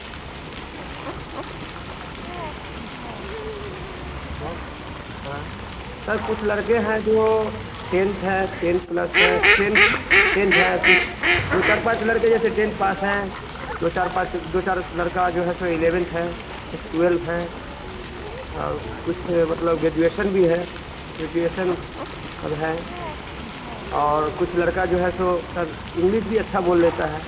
हाँ हाँ सर कुछ लड़के हैं जो टेन्थ है टेन प्लस टेन्थ टेन्थ है कुछ दो चार पाँच लड़के जैसे टेन पास हैं दो चार पाँच दो चार लड़का जो है सो एलेवेन्थ हैं कुछ टवेल्व हैं और कुछ मतलब ग्रैजुएशन भी हैं ग्रैजुएशन सब हैं और कुछ लड़का जो है सो सर इंग्लिश भी अच्छा बोल लेता है